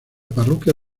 parroquia